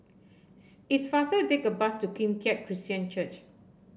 it's faster to take the bus to Kim Keat Christian Church